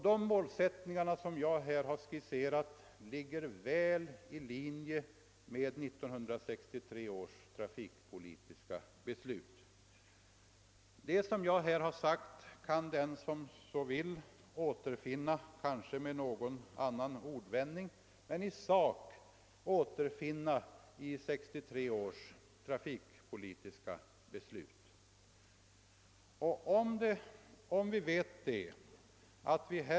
De målsättningar jag här har skisserat ligger i linje med 1963 års trafikpolitiska beslut. Det som jag här har sagt kan den som så vill kanske med någon annan ordvändning återfinna i beslutet.